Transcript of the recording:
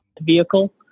vehicle